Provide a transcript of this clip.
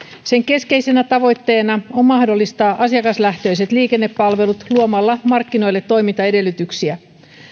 sen keskeisenä tavoitteena on mahdollistaa asiakaslähtöiset liikennepalvelut luomalla markkinoille toimintaedellytyksiä